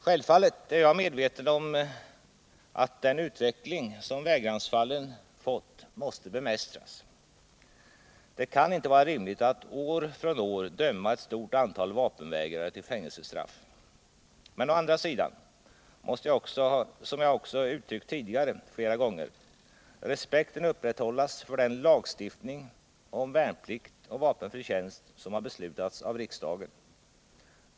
Självfallet är jag medveten om att den utveckling som vägransfallen fått måste bemästras. Det kan inte vara rimligt att år från år döma ett stort antal vapenvägrare till fängelsestraff. Men å andra sidan måste, som jag också har uttryckt tidigare flera gånger, respekten upprätthållas för den lagstiftning om värnplikt och vapenfri tjänst som har beslutats av riksdagen.